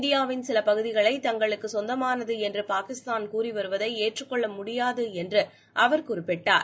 இந்தியாவின் சில பகுதிகளை தங்களுக்குச் சொந்தமானது என்று பாகிஸ்தான் கூறி வருவதை ஏற்றுக் கொள்ள முடியாது என்று அவர் குறிப்பிட்டார்